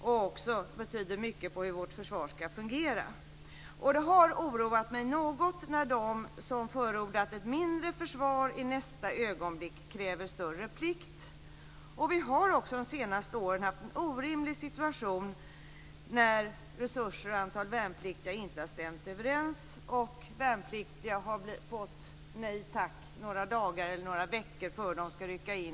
Den betyder också mycket för hur vårt försvar ska fungera. Det har oroat mig något när de som förordat ett mindre försvar i nästa ögonblick kräver större plikt. Vi har också de senaste åren haft en orimlig situation när resurser och antalet värnpliktiga inte har stämt överens. Värnpliktiga har fått nej tack några dagar eller några veckor före de ska rycka in.